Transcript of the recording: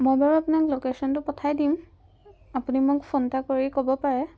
মই বাৰু আপোনাক লকেশ্যনটো পঠাই দিম আপুনি মোক ফোন এটা কৰি ক'ব পাৰে